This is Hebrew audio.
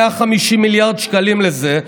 150 מיליארד שקלים לזה,